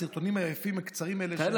הסרטונים היפים הקצרים האלה שהם מביאים,